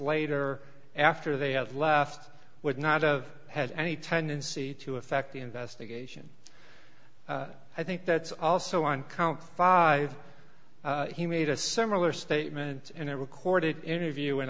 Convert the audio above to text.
later after they had left would not of had any tendency to affect the investigation i think that's also on count five he made a similar statement in a recorded interview in